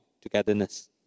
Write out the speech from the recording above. togetherness